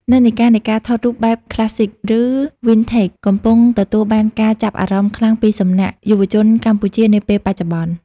និន្នាការនៃការថតរូបបែប Classic ឬ Vintage កំពុងទទួលបានការចាប់អារម្មណ៍ខ្លាំងពីសំណាក់យុវវ័យកម្ពុជានាពេលបច្ចុប្បន្ន។